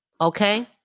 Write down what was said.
Okay